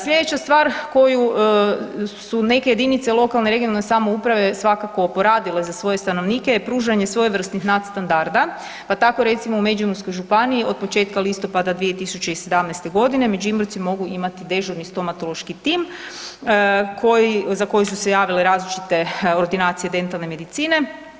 Sljedeća stvar koju su neke jedince lokalne i regionalne samouprave svakako poradile za svoje stanovnike je pružanje svojevrsnih nadstandarda, pa tako recimo u Međimurskoj županiji od početka listopada 2017.g. Međimurci mogu imati dežurni stomatološki tim za koji su se javile različite ordinacije dentalne medicine.